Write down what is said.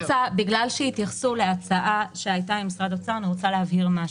בגלל שהתייחסו להצעה שהייתה עם משרד האוצר אני רוצה להבהיר משהו.